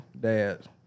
Dad